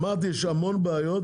אמרתי יש המנון בעיות